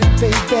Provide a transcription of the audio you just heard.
baby